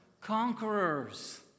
Conquerors